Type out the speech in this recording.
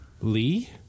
Lee